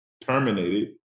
terminated